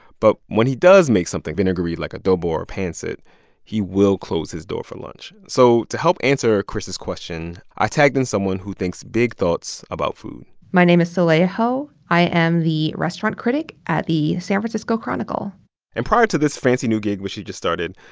but when he does make something vinegary like adobo or pancit he will close his door for lunch. so to help answer chris's question, i tagged in someone who thinks big thoughts about food my name is soleil ho. i am the restaurant critic at the san francisco chronicle and prior to this fancy, new gig, which she just started,